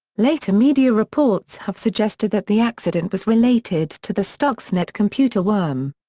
later media reports have suggested that the accident was related to the stuxnet computer worm.